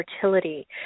fertility